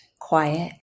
quiet